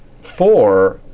four